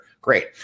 Great